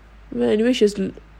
well anyways she's was good